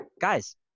guys